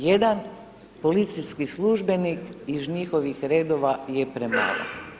Jedan policijski službenik iz njihovih redova je premalo.